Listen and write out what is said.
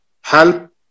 help